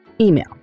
email